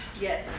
yes